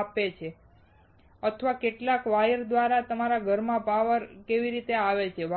આવે છે અથવા કેટલાક વાયર દ્વારા તમારા ઘરમાં પાવર કેવી રીતે આવે છે